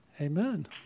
Amen